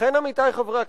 לכן, עמיתי חברי הכנסת,